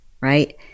right